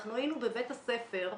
אנחנו היינו בבית הספר במסעדה.